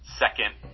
second